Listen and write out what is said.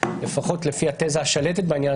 לפחות לפי התזה השלטת בעניין,